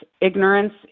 ignorance